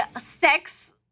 Sex